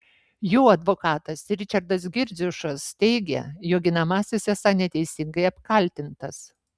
jo advokatas ričardas girdziušas teigė jo ginamasis esą neteisingai apkaltintas